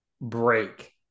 break